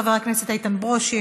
חבר הכנסת איתן ברושי,